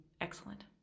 Excellent